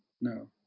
no